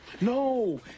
No